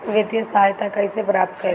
वित्तीय सहायता कइसे प्राप्त करी?